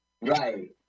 Right